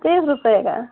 तीस रुपये का